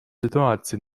ситуации